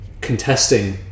contesting